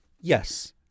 yes